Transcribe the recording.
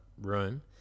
room